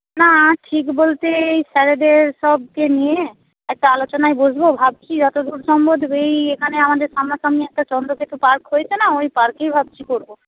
না ঠিক বলতে এই স্যারেদের সবকে নিয়ে একটা আলোচনায় বসবো ভাবছি যতদূর সম্ভব এই এখানে আমাদের সামনাসামনি একটা চন্দ্রকেতু পার্ক হয়েছে না ওই পার্কেই ভাবছি করবো